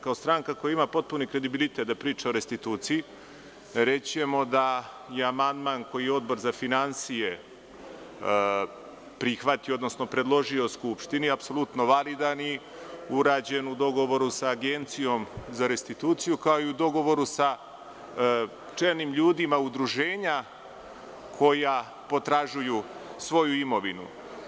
Kao stranka koja ima potpuni kredibilitet da priča o restituciji, reći ćemo da je amandman koji je Odbor za finansije prihvatio, odnosno predložio Skupštini, apsolutno validan i urađen u dogovoru sa Agencijom za restituciju, kao i u dogovoru sa čelnim ljudima udruženja koja potražuju svoju imovinu.